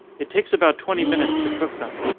it takes about twenty minutes to cook them.